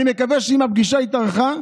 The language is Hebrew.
אני מקווה שאם הפגישה התארכה,